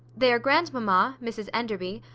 their grandmamma, mrs enderby,